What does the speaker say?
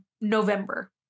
November